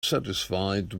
satisfied